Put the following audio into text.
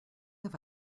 have